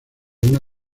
una